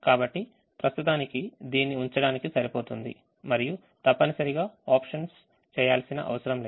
కాబట్టి ప్రస్తుతానికి దీన్ని ఉంచడానికి సరిపోతుంది మరియు తప్పనిసరిగా options చేయాల్సిన అవసరం లేదు